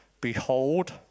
behold